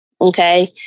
Okay